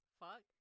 fuck